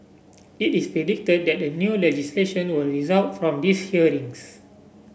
it is predicted that new legislation will result from these hearings